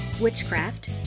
witchcraft